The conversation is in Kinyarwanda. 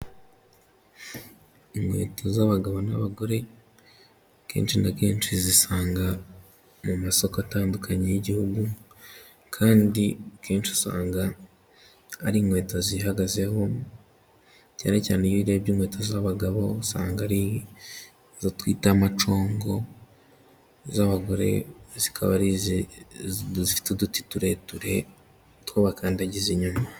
Inkweto z'abagabo n'abagore akenshi na kenshi uzisanga mu masoko atandukanye y'igihugu, kandi akenshi usanga ari inkweto zihagazeho, cyane cyane iyo urebye inkweto z'abagabo usanga ari izo twita amacongo, iz'abagore zikaba ari izifite uduti tureture two bakandagiza inyuma.